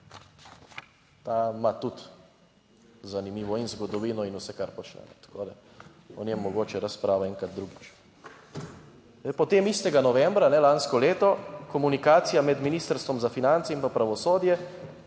ta ima tudi zanimivo in zgodovino in vse kar počne, tako da o njem mogoče razprava enkrat drugič. Potem istega novembra lansko leto komunikacija med Ministrstvom za finance in pa pravosodje,